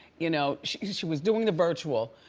you know she she was doing the virtual,